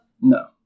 No